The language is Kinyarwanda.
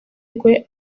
rwe